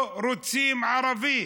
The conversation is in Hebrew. לא רוצים ערבי,